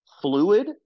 fluid